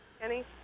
Kenny